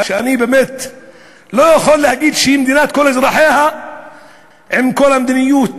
ואני באמת לא יכול להגיד שהיא מדינת כל אזרחיה עם כל המדיניות